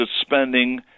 spending